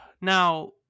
Now